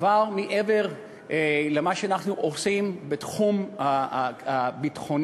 לדבר מעבר למה שאנחנו עושים בתחום הביטחוני